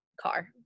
car